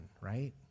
right